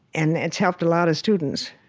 and it's helped a lot of students,